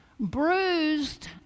bruised